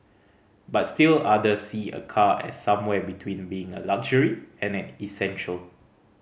but still others see a car as somewhere between being a luxury and an essential